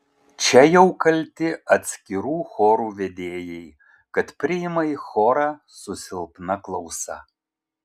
čia jau kalti atskirų chorų vedėjai kad priima į chorą su silpna klausa